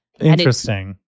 Interesting